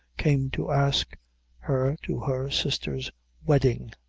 came to ask her to her sister's wedding,